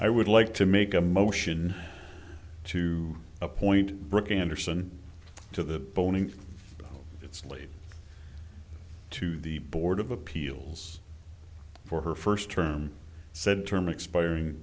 i would like to make a motion to appoint brooke anderson to the bone in its lead to the board of appeals for her first term said term expiring